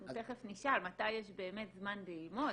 אנחנו תיכף נשאל מתי באמת יש זמן ללמוד,